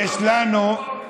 קאדיות, עיסאווי.